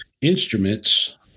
instruments